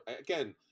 again